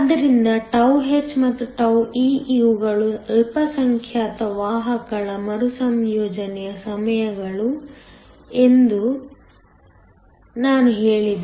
ಆದ್ದರಿಂದ τh ಮತ್ತು τe ಇವುಗಳು ಅಲ್ಪಸಂಖ್ಯಾತ ವಾಹಕಗಳ ಮರುಸಂಯೋಜನೆಯ ಸಮಯಗಳು ಎಂದು ನಾನು ಹೇಳಿದೆ